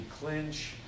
clinch